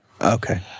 Okay